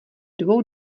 dvou